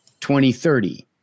2030